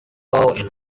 and